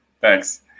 thanks